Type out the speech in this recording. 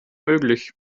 möglich